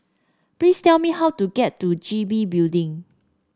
please tell me how to get to G B Building